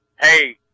Hey